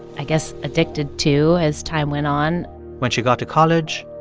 i guess addicted to as time went on when she got to college.